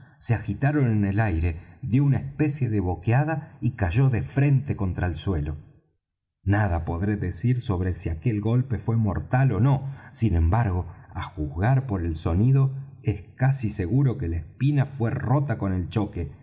se agitaron en el aire dió una especie de boqueada y cayó de frente contra el suelo nada podré decir sobre si aquel golpe fué mortal ó no sin embargo á juzgar por el sonido es casi seguro que la espina fué rota con el choque